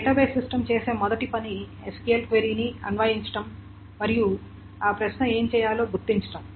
database system చేసే మొదటి పని SQL క్వెరీని అన్వయించడం మరియు ఆ ప్రశ్న ఏమి చేయాలో గుర్తించటం